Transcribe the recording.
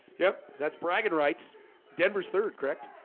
yep. that's bragging rights denver's third, correct?